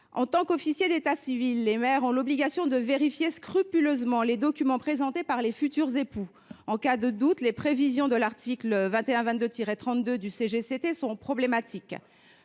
En tant qu’officiers d’état civil, les maires ont l’obligation de vérifier scrupuleusement les documents présentés par les futurs époux. En cas de doute, les dispositions de l’article L. 2122 32 du code général des